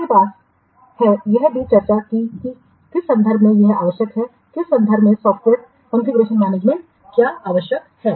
हमारे पास है यह भी चर्चा की कि किस संदर्भ में यह आवश्यक है किस संदर्भ में सॉफ़्टवेयर कॉन्फ़िगरेशनमैनेजमेंट क्या आवश्यक है